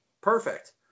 Perfect